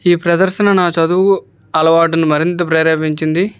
ఈ ప్రదర్శన నా చదువు అలవాటును మరింత ప్రేరేపించింది